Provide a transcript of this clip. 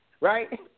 Right